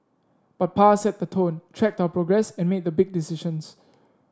but Pa set the tone tracked our progress and made the big decisions